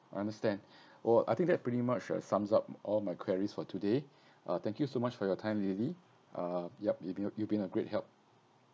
understand oh I think that pretty much uh sums up all my queries for today uh thank you so much for your time lily uh yup you been uh you been a great help